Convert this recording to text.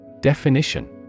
Definition